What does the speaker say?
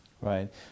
Right